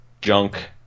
junk